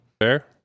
Fair